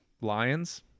Lions